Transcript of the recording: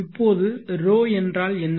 இப்போது ρ என்றால் என்ன